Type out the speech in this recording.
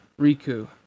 Riku